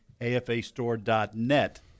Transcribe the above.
afastore.net